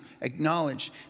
acknowledge